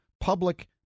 public